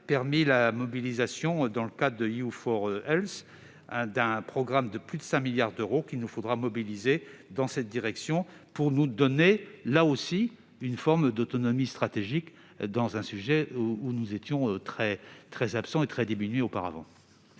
permis la mobilisation, dans le cadre de la politique , d'un programme de plus de 5 milliards d'euros qu'il nous faudra engager dans cette direction pour nous donner, là aussi, une forme d'autonomie stratégique dans un domaine où nous étions très absents et diminués auparavant.